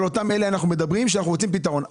שאנחנו רוצים פתרון.